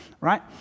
right